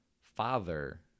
father